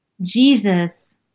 Jesus